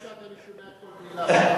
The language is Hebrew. אני שומע כל מלה.